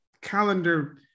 calendar